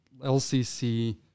LCC